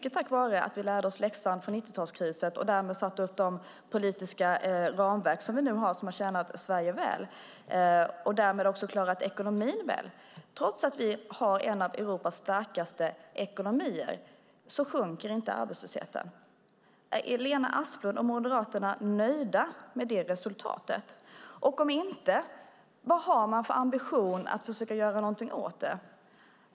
Tack vare att vi lärde oss läxan från 90-talskrisen och därmed satte upp de politiska ramverk vi nu har och som har tjänat Sverige väl har vi klarat ekonomin väl. Trots att vi har en av Europas starkaste ekonomier sjunker inte arbetslösheten. Är Lena Asplund och Moderaterna nöjda med detta resultat? Om inte, vad har man för ambition att försöka göra någonting åt det?